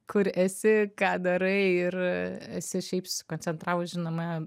kur esi ką darai ir esi šiaip sukoncentravus žinoma